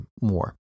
more